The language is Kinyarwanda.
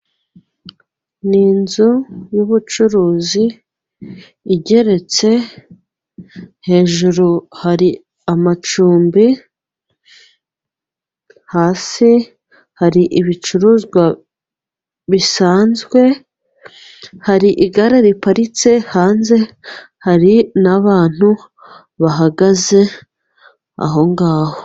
N'inzu y'ubucuruzi igeretse hejuru hari amacumbi, hasi hari ibicuruzwa bisanzwe hari igare riparitse hanze hari n'abantu bahagaze aho ngaho.